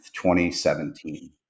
2017